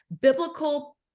biblical